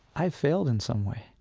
i failed in some way.